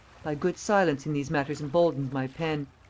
thy good silence in these matters emboldens my pen.